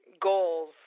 goals